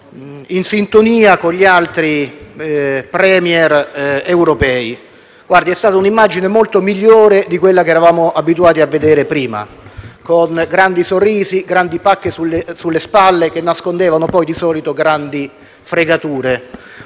in sintonia con gli altri *Premier* europei. Ebbene, è stata un'immagine di gran lunga migliore di quella che eravamo abituati a vedere prima, con grandi sorrisi e pacche sulle spalle che poi nascondevano, di solito, grandi fregature.